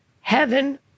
heaven